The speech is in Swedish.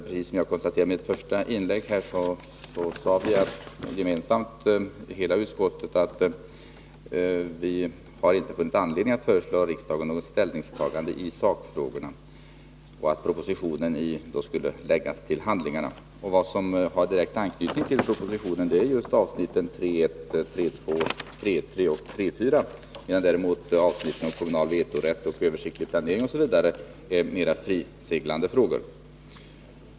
Precis som jag konstaterade i mitt första inlägg sade hela utskottet gemensamt att vi inte har funnit anledning att föreslå riksdagen något ställningstagande i sakfrågorna och att propositionen skulle läggas till handlingarna. Det som har direkt anknytning till propositionen är just avsnitten 3.1, 3.2, 3.3 och 3.4, medan däremot avsnitten om kommunal vetorätt, översiktlig planering osv. är mera friseglande frågor.